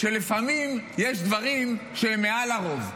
שלפעמים יש דברים שהם מעל הרוב.